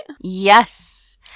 Yes